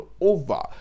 over